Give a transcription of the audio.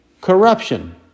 Corruption